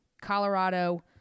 Colorado